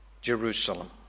Jerusalem